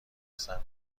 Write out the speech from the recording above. صنعت